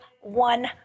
one